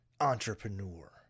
entrepreneur